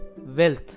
wealth